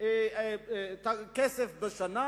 כסף בשנה.